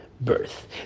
birth